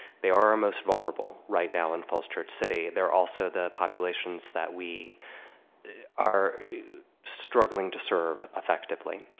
they are our most vulnerable right now in falls church city. they're are also the populations that we are struggling to serve effectively,